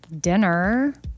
dinner